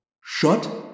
Shut